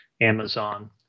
Amazon